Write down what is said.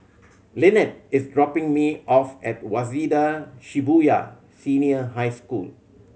Lynnette is dropping me off at Waseda Shibuya Senior High School